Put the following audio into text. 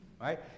Right